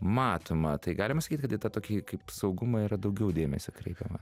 matoma tai galima sakyt kad į tą tokį kaip saugumą yra daugiau dėmesio kreipiama